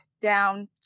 down